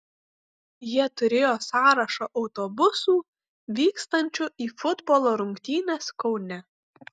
jie turėjo sąrašą autobusų vykstančių į futbolo rungtynes kaune